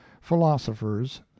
philosophers